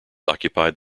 occupied